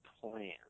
plan